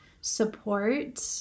support